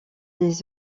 des